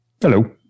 hello